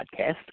podcast